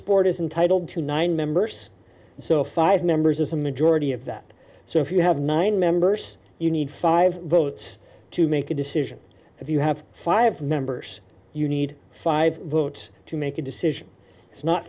board is entitled to nine members so five members is a majority of that so if you have nine members you need five votes to make a decision if you have five members you need five votes to make a decision